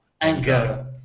anger